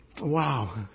Wow